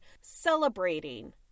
celebrating